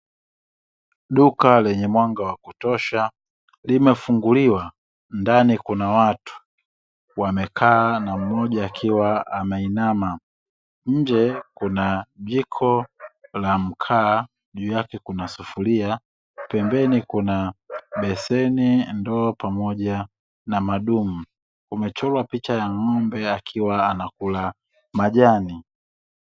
Duka lenye mwanga wa kutosha limefunguliwa, ndani kuna watu wamekaa na mmoja akiwa ameinama nje kuna jiko la mkaa juu yake kuna sufuria pembeni kuna beseni, ndoo pamoja na madumu. Kumechorwa picha ya ng'ombe akiwa anakula majani.